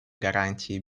гарантии